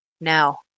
Now